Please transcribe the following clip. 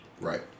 Right